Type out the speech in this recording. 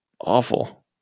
Awful